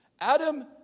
Adam